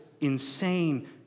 insane